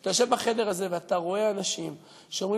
כשאתה יושב בחדר הזה ואתה רואה אנשים שאומרים